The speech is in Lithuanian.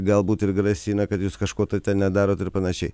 galbūt ir grasina kad jūs kažko tai ten nedarot ir panašiai